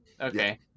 Okay